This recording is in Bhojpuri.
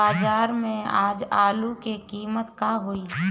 बाजार में आज आलू के कीमत का होई?